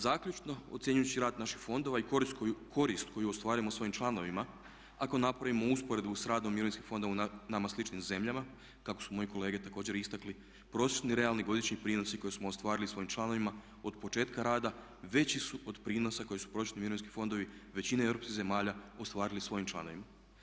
Zaključno, ocjenjujući rad naših fondova i korist koju ostvarujemo svojim članovima ako napravimo usporedbu sa radom mirovinskih fondova u nama sličnim zemljama, kako su moji kolege također istakli, prosječni realni godišnji prinosi koje smo ostvarili svojim članovima od početka rada veći su od prinosa koji su … mirovinski fondovi većine europskih zemalja ostvarili svojim članovima.